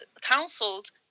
counseled